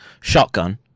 Shotgun